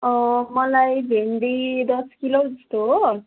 मलाई भिन्डी दस किलो जस्तो हो